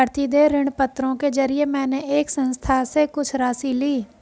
प्रतिदेय ऋणपत्रों के जरिये मैंने एक संस्था से कुछ राशि ली